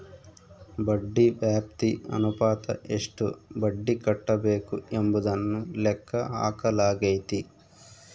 ಬಡ್ಡಿ ವ್ಯಾಪ್ತಿ ಅನುಪಾತ ಎಷ್ಟು ಬಡ್ಡಿ ಕಟ್ಟಬೇಕು ಎಂಬುದನ್ನು ಲೆಕ್ಕ ಹಾಕಲಾಗೈತಿ